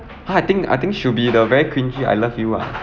!huh! I think I think should be the very cringey I love you ah